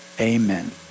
amen